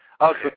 Okay